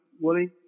Willie